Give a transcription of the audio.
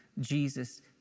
Jesus